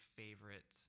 favorite